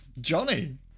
Johnny